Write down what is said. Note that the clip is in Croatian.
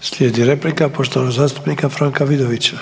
Slijedi replika poštovanog zastupnika Franka Vidovića.